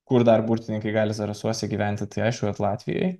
kur dar burtininkai gali zarasuose gyventi tai aišku kad latvijoj